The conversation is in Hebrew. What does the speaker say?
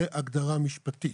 זה הגדרה משפטית